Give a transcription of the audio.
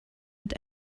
mit